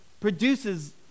produces